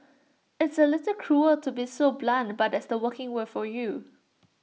it's A little cruel to be so blunt but that's the working world for you